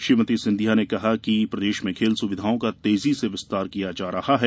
श्रीमती सिंधिया ने कहा कि प्रदेश में खेल सुविधाओं का तेजी से विस्तार किया जा रहा है